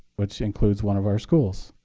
which includes one of our schools.